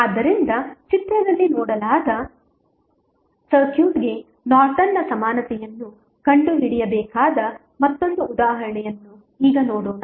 ಆದ್ದರಿಂದ ಚಿತ್ರದಲ್ಲಿ ನೀಡಲಾದ ಸರ್ಕ್ಯೂಟ್ಗೆ ನಾರ್ಟನ್ನ ಸಮಾನತೆಯನ್ನು ಕಂಡುಹಿಡಿಯಬೇಕಾದ ಮತ್ತೊಂದು ಉದಾಹರಣೆಯನ್ನು ಈಗ ನೋಡೋಣ